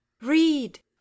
Read